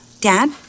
Dad